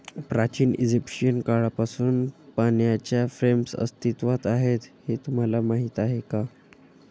प्राचीन इजिप्शियन काळापासून पाण्याच्या फ्रेम्स अस्तित्वात आहेत हे तुम्हाला माहीत आहे का?